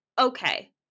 okay